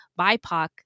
BIPOC